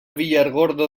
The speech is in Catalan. villargordo